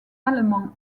allemands